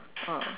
ah